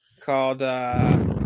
called